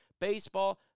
baseball